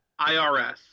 IRS